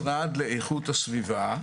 2004?